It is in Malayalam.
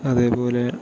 അതേപോലെ